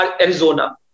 Arizona